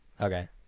Okay